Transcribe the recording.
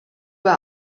bei